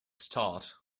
start